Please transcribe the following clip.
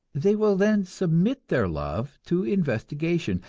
they will then submit their love to investigation,